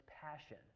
passion